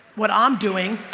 what i'm doing